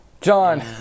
John